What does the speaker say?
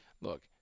look